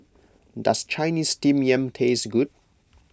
does Chinese Steamed Yam taste good